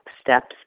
steps